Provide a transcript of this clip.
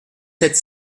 sept